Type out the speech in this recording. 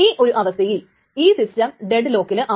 ഈ ഒരു അവസ്ഥയിൽ ഈ സിസ്റ്റം ഡെഡ് ലോക്കിലാണ്